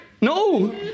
No